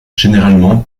généralement